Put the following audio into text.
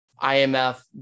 IMF